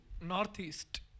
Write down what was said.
Northeast